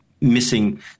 missing